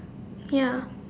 ya